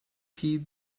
heed